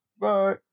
Bye